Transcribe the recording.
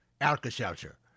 Alka-Seltzer